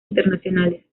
internacionales